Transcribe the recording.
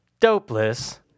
dopeless